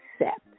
accept